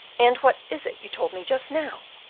and what is it you told me just now?